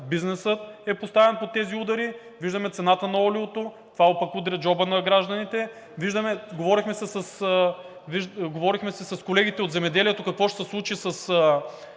бизнесът е поставен под тези удари, виждаме цената на олиото, това пък удря джоба на гражданите. Говорихме си с колегите от земеделието какво ще се случи с